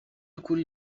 by’ukuri